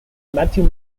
matthew